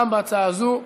גם בהצעה הזאת,